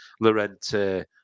Lorente